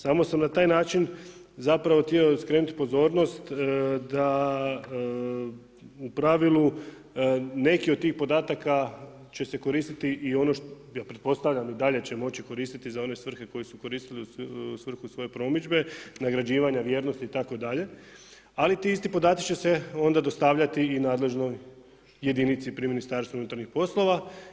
Samo sam na taj način zapravo htio skrenuti pozornost da u pravilu neki od tih podataka će se koristiti i ono, ja pretpostavljam i dalje će moći koristiti za one svrhe koju su koristili u svrhu svoje promidžbe, nagrađivanja vjernosti itd., ali ti isti podatci će se onda dostavljati i nadležnoj jedinici pri Ministarstvu unutarnjih poslova.